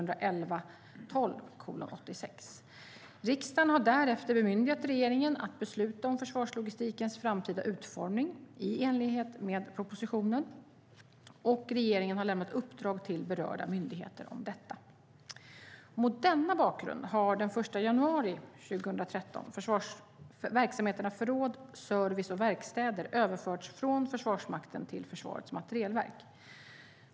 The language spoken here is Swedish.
Riksdagen har därefter bemyndigat regeringen att besluta om försvarslogistikens framtida utformning, i enlighet med propositionen , och regeringen har lämnat uppdrag till berörda myndigheter om detta. Mot denna bakgrund har den 1 januari 2013 verksamheterna förråd, service och verkstäder överförts från Försvarsmakten till Försvarets materielverk.